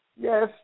Yes